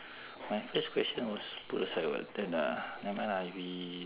my first question was put aside [what] then uh never mind lah we